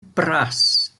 brass